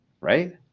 right